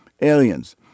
aliens